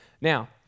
Now